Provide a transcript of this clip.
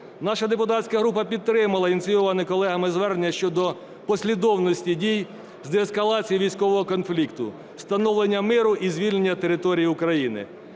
Наша депутатська група підтримала ініційоване колегами звернення щодо послідовності дій з деескалації військового конфлікту, встановлення миру і звільнення територій України.